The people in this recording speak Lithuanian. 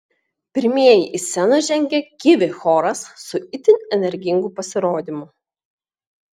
pirmieji į sceną žengė kivi choras su itin energingu pasirodymu